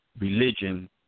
religion